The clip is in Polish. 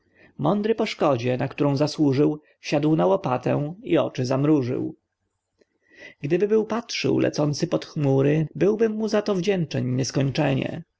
mądry po szkodzie na którą zasłużył siadł na łopatę i oczy zamrużył gdyby był patrzył lecący pod chmury byłbym mu za to wdzięczen nieskończenie